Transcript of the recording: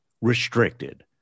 restricted